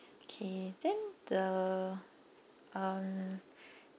okay then the um